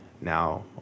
now